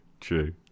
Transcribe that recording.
True